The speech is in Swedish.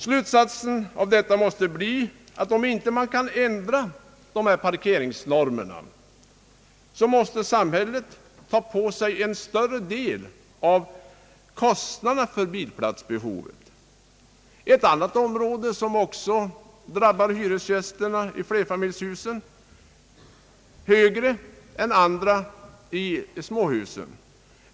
Slutsatsen måste bli att om man inte kan ändra parkeringsnormerna bör samhället ta på sig en större del av bilplatskostnaderna. Nuvarande krav på skyddsrumsbyggande drabbar också flerfamiljshusens hyresgäster hårdare än småhusens.